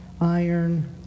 iron